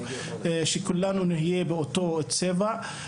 שכולנו נהיה באותו צבע.